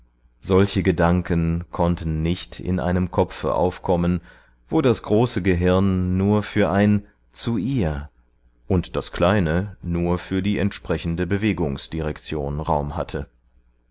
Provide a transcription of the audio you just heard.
solche gedanken konnten nicht in einem kopfe aufkommen wo das große gehirn nur für ein zu ihr und das kleine nur für die entsprechende bewegungsdirektion raum hatte